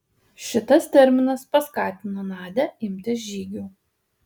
šitas terminas paskatino nadią imtis žygių